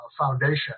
Foundation